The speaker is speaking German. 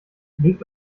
legt